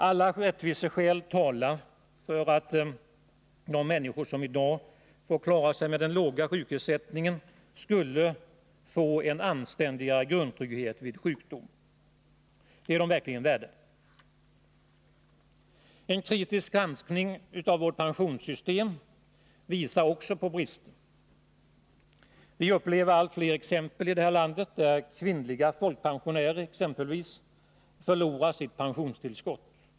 Alla rättviseskäl talar för att de människor som i dag får klara sig med denna låga sjukersättning borde få en anständigare grundtrygghet vid sjukdom. Det är de verkligen värda. En kritisk granskning av vårt pensionssystem visar också på brister. Vi upplever allt fler fall i det här landet där exempelvis kvinnliga folkpensionärer förlorar sitt pensionstillskott.